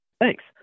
Thanks